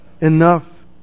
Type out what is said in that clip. enough